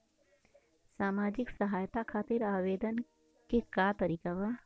सामाजिक सहायता खातिर आवेदन के का तरीका बा?